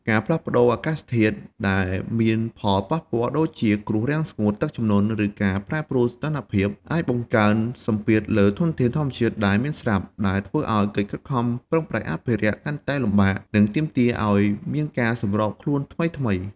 ការផ្លាស់ប្តូរអាកាសធាតុ ដែលមានផលប៉ះពាល់ ដូចជាគ្រោះរាំងស្ងួត ទឹកជំនន់ ឬការប្រែប្រួលសីតុណ្ហភាព អាចបង្កើនសម្ពាធលើធនធានធម្មជាតិដែលមានស្រាប់ ដែលធ្វើឱ្យកិច្ចខិតខំប្រឹងប្រែងអភិរក្សកាន់តែលំបាក និងទាមទារឱ្យមានការសម្របខ្លួនថ្មីៗ។